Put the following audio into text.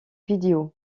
vidéo